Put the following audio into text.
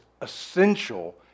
essential